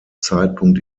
zeitpunkt